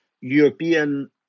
European